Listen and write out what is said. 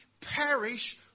perish